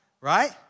right